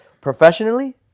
professionally